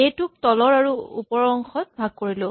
এ টোক তলৰ আৰু ওপৰৰ অংশত ভাগ কৰিলো